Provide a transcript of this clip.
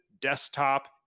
desktop